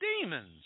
demons